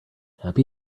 happy